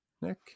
Nick